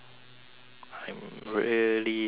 I'm really sorry